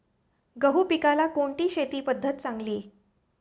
गहू पिकाला कोणती शेती पद्धत चांगली?